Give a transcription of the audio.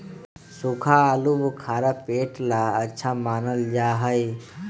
सूखा आलूबुखारा पेट ला अच्छा मानल जा हई